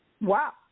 Wow